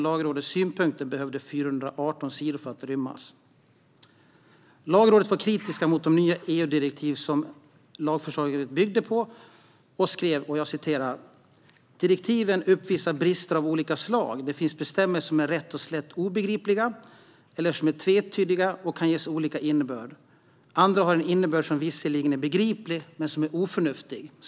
Lagrådets synpunkter behövde 418 sidor för att rymmas. Lagrådet var kritiskt mot de nya EU-direktiv som lagförslaget byggde på. Man skrev: "Direktiven uppvisar brister av olika slag. Det finns bestämmelser som är rätt och slätt obegripliga eller som är tvetydiga och kan ges olika innebörd. Andra har en innebörd som visserligen är begriplig, men som är oförnuftig."